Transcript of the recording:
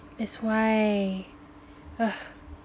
that's why ugh